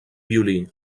violí